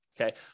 Okay